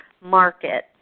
market